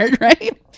right